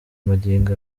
magingo